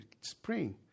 spring